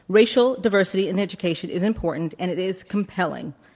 racial diversity in education is important and it is compelling.